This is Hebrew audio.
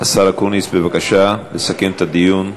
השר אקוניס, בבקשה, לסכם את הדיון.